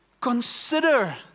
Consider